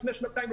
לפני שנתיים,